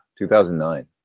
2009